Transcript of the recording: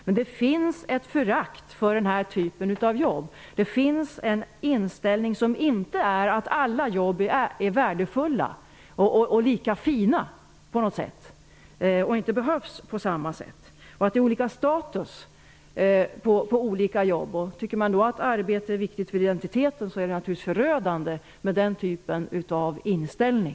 Men det finns ett förakt för den här typen av jobb. Det finns en inställning att alla jobb inte är värdefulla, inte lika fina och inte behövs på samma sätt och att det är olika status. Tycker man att arbete är viktigt för identiteten är det naturligtvis förödande med den typen av inställning.